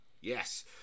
Yes